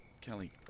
Kelly